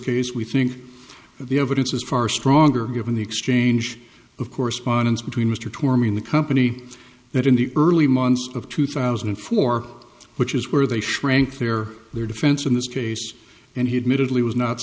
case we think the evidence is far stronger given the exchange of correspondence between mr torme in the company that in the early months of two thousand and four which is where they shrank their their defense in this case and he admitted he was not